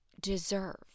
deserve